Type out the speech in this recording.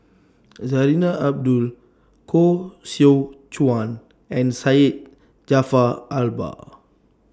Zarinah Abdullah Koh Seow Chuan and Syed Jaafar Albar